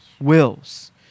wills